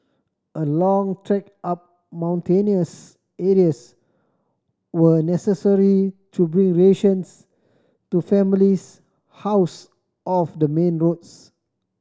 a long trek up mountainous areas were necessary to bring rations to families housed off the main roads